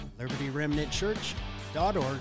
libertyremnantchurch.org